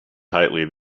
tightly